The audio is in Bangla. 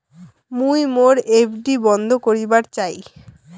মুই মোর এফ.ডি বন্ধ করিবার চাই